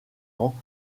ans